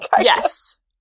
Yes